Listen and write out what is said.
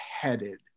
headed